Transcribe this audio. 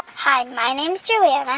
hi. my name's joanna,